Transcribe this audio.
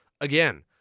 Again